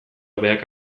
hobeak